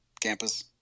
Campus